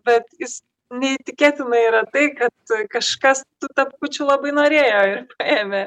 bet jis neįtikėtinai yra tai kad kažkas tapkučių labai norėjo ir ėmė